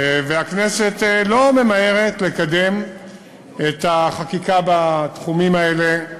והכנסת לא ממהרת לקדם את החקיקה בתחומים האלה,